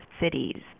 cities